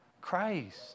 Christ